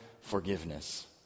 forgiveness